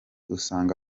usanga